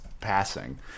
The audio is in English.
passing